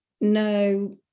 no